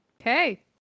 Okay